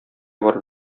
барып